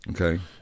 Okay